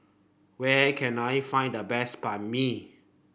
where can I find the best Banh Mi